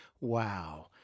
Wow